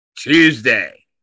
Tuesday